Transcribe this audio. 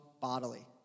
bodily